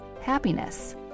happiness